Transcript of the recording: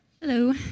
Hello